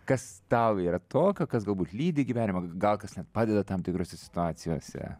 kas tau yra tokio kas galbūt lydi gyvenimą gal kas net padeda tam tikrose situacijose